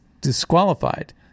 disqualified